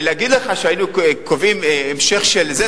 להגיד לך שהיינו קובעים המשך של זה,